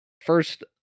First